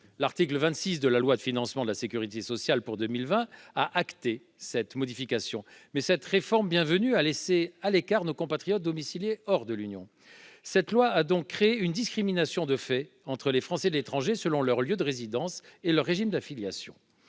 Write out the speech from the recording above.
L'article 26 de la loi de financement de la sécurité sociale pour 2020 a acté une telle modification. Mais cette réforme bienvenue a laissé sur le carreau nos compatriotes domiciliés hors de l'Union. Cette loi a donc créé une discrimination de fait entre les Français de l'étranger selon leur lieu de résidence et leur régime d'affiliation.